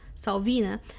Salvina